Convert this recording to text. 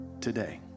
today